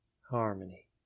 Harmony